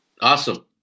Awesome